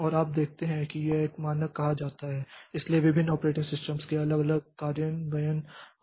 और आप देखते हैं कि यह एक मानक कहा जाता है और इसलिए विभिन्न ऑपरेटिंग सिस्टमों के अलग अलग कार्यान्वयन हो सकते हैं